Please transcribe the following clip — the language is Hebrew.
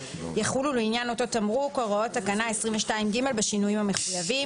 יחולו לעניין אותו תמרוק הוראות תקנה 22(ג) בשינויים המחויבים.